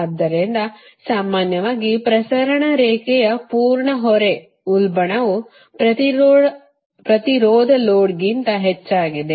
ಆದ್ದರಿಂದ ಸಾಮಾನ್ಯವಾಗಿ ಪ್ರಸರಣ ರೇಖೆಯ ಪೂರ್ಣ ಹೊರೆ ಉಲ್ಬಣವು ಪ್ರತಿರೋಧ ಲೋಡಿಂಗ್ಗಿಂತ ಹೆಚ್ಚಾಗಿದೆ